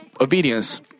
obedience